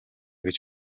гэж